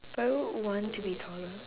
but I would want to be taller